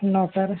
no sir